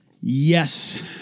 Yes